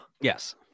Yes